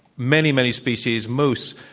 many, many species moose,